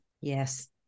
Yes